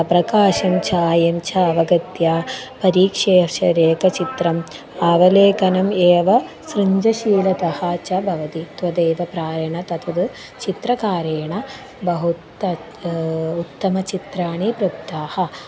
प्रकाशं छायं छ अवगत्य परीक्ष्यैव रेखाचित्रम् अवलोकनम् एव सृजनशीलतः च भवति तद्वदेव प्रायेण तद् चित्रकारेण बहूनि उत्तमचित्राणि प्रोक्ता्नि